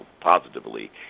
positively